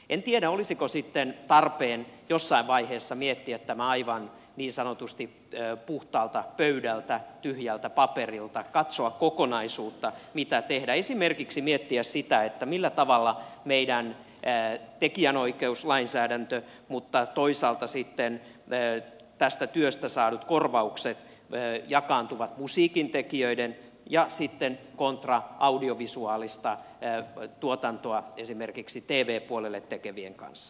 en tiedä olisiko sitten tarpeen jossain vaiheessa miettiä tämä aivan niin sanotusti puhtaalta pöydältä tyhjältä paperilta katsoa kokonaisuutta mitä tehdä esimerkiksi miettiä sitä millä tavalla meidän tekijänoikeuslainsäädäntö mutta toisaalta sitten tästä työstä saadut korvaukset jakaantuvat musiikintekijöiden kontra audiovisuaalista tuotantoa esimerkiksi tv puolelle tekevien kanssa